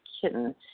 kitten